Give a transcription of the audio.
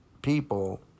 People